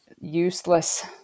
useless